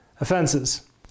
offenses